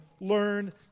learn